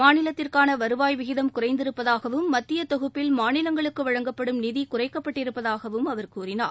மாநிலத்திற்கான வருவாய் விகிதம் குறைந்திருப்பதாகவும் மத்திய தொகுப்பில் மாநிலங்களுக்கு வழங்கப்படும் நிதி குறைக்கப்பட்டிருப்பதாகவும் அவர் கூறினார்